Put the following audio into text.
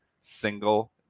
single